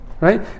Right